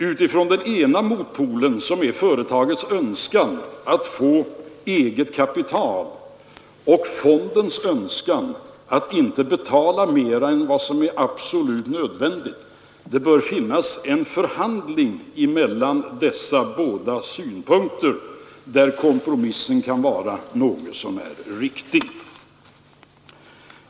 Utifrån den ena motpolen, som är företagets önskan att få eget kapital, och utifrån den andra, som är fondens önskan att inte betala mer än vad som är absolut nödvändigt, bör det finnas möjlighet till en förhandling, där kompromissen kan vara något så när riktig.